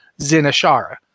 Zinashara